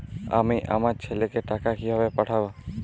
আমি আমার ছেলেকে টাকা কিভাবে পাঠাব?